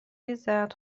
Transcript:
ریزد